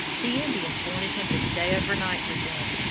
the indians wanted him to stay overnight with them,